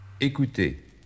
Écoutez